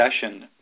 session